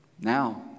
Now